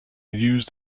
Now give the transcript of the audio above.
used